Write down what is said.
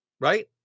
right